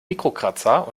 mikrokratzer